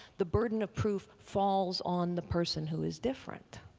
the burden of proof falls on the person who is different.